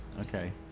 Okay